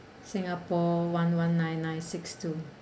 singapore one one nine nine six two